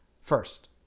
first